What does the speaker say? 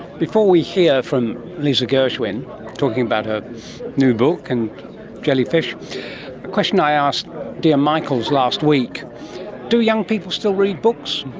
before we hear from lisa gershwin talking about her new book and jellyfish a question i asked dia michels last week do young people still read books?